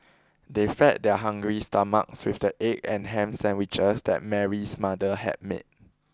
they fed their hungry stomachs with the egg and ham sandwiches that Mary's mother had made